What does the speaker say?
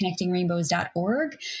connectingrainbows.org